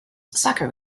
soccer